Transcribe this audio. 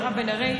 מירב בן ארי,